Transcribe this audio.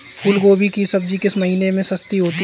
फूल गोभी की सब्जी किस महीने में सस्ती होती है?